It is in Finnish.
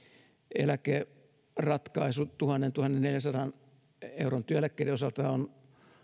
eläkeratkaisu tuhannen viiva tuhannenneljänsadan euron työeläkkeiden osalta on